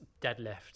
deadlift